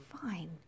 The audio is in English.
fine